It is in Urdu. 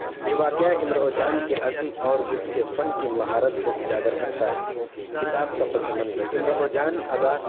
یہ واقعہ امراؤ جان کے عزم اور اس کے فن کی مہارت کو اجاگر کرتا ہے کتاب کا پسِ منظر امراؤ جان ادا